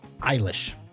Eilish